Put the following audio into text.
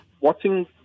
watching